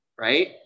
right